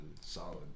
solid